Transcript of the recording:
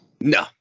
No